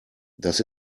das